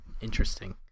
Interesting